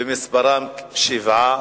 ומספרן שבע,